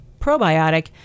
probiotic